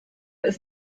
ist